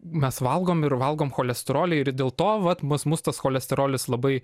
mes valgom ir valgom cholesterolį ir dėl to vat mas mus tas cholesterolis labai